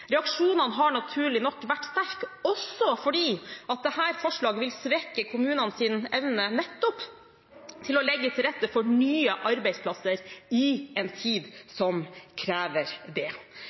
Reaksjonene har naturlig nok vært sterke, også fordi dette forslaget vil svekke kommunenes evne nettopp til å legge til rette for nye arbeidsplasser i en tid som krever det.